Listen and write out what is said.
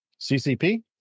CCP